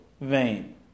vain